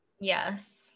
Yes